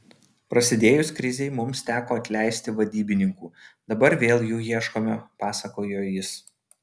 prasidėjus krizei mums teko atleisti vadybininkų dabar vėl jų ieškome pasakojo jis